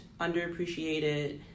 underappreciated